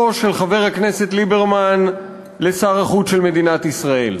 של חבר הכנסת ליברמן לשר החוץ של מדינת ישראל.